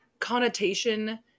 connotation